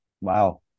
Wow